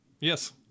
Yes